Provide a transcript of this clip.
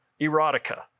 erotica